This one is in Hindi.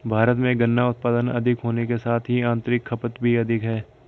भारत में गन्ना उत्पादन अधिक होने के साथ ही आतंरिक खपत भी अधिक है